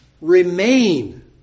remain